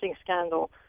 scandal